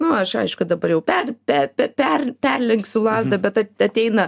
nu aš aišku dabar jau per pepe per perlenksiu lazdą bet at ateina